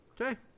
Okay